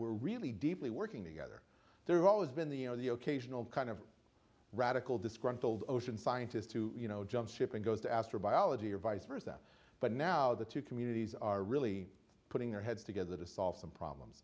we're really deeply working together there are always been the you know the ok tional kind of radical disgruntled ocean scientist who you know jump ship it goes to astrobiology or vice versa but now the two communities are really putting their heads together to solve some problems